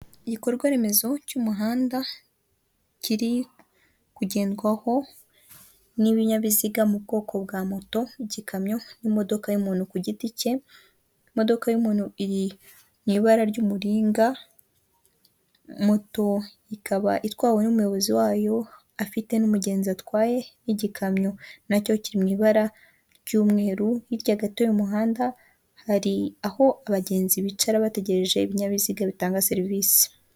Igikorwa remezo cy'umuhanda kiri kugendwaho n'ibinyabiziga mu bwoko bwa moto by'ikamyo n'imodoka y'umuntu ku giti cye, imodoka y'umuntu iriw'ibara ry'umuringa moto ikaba itwawe n'umuyobozi wayo afite n'umugenzi atwaye nk'igikamyo nacyo kiri mu ibara ry'umweru hirya gato y'umuhanda hari aho abagenzi bicara bategereje ibinyabiziga bitanga serivisi.